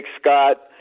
Scott